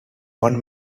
one